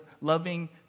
loving